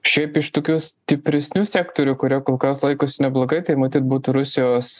šiaip iš tokių stipresnių sektorių kurie kol kas laikosi neblogai tai matyt būtų rusijos